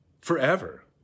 forever